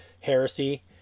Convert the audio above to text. heresy